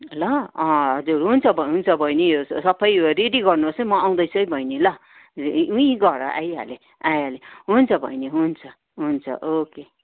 ल हजुर हुन्छ ब हुन्छ बहिनी यो स सबै रेडी गर्नु होस् है म आउँदैछु है बहिनी ल ऊ यहीँ घर हो आइहाले आइहाले हुन्छ बहिनी हुन्छ हुन्छ ओके